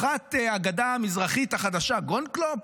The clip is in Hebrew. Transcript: מח"ט הגדה המזרחית החדשה גולדקנופ?